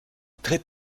tritt